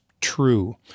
true